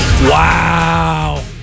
Wow